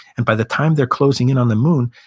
and by the time they're closing in on the moon,